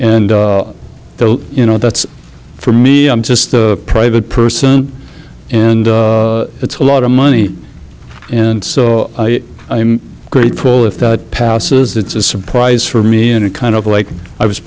they're you know that's for me i'm just a private person and it's a lot of money and so i'm grateful if that passes it's a surprise for me and it kind of like i was